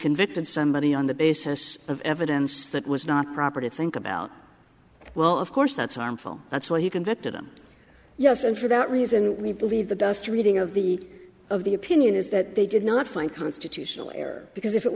convicted somebody on the basis of evidence that was not proper to think about well of course that's harmful that's why he convicted him yes and for that reason we believe the dust reading of the of the opinion is that they did not find constitutional error because if it